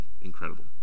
incredible